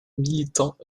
militants